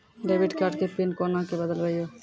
Debit card के pin कोना के बदलबै यो?